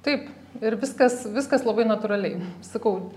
taip ir viskas viskas labai natūraliai sakau